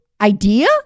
idea